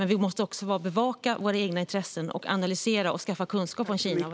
Men vi måste också bevaka våra egna intressen, analysera och skaffa kunskap om Kina.